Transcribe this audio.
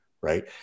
right